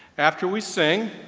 after we sing,